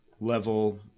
level